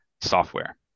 software